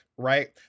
right